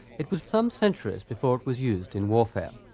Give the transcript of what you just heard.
it was some centuries before it was used in warfare.